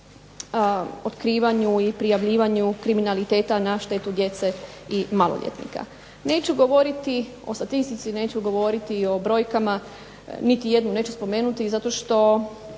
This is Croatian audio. o otkrivanju i prijavljivanju kriminaliteta na štetu djece i maloljetnika. Neću govoriti o statistici, neću govoriti i o brojkama, niti jednu neću spomenuti zato što